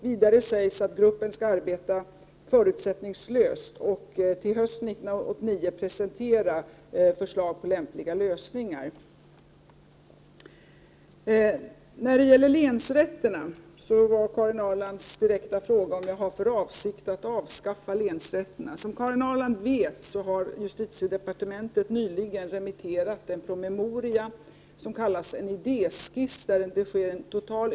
Vidare skall gruppen arbeta förutsättningslöst och till hösten 1989 presentera förslag till lämpliga lösningar. När det gäller länsrätterna var Karin Ahrlands direkta fråga om jag har för avsikt att avskaffa dem. Som Karin Ahrland vet har justitiedepartementet nyligen remitterat en promemoria, som kallas en idéskiss, där det sker en total.